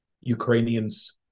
Ukrainians